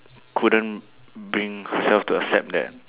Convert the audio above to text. couldn't bring herself to accept that